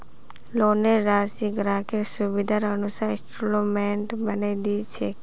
लोनेर राशिक ग्राहकेर सुविधार अनुसार इंस्टॉल्मेंटत बनई दी छेक